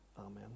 amen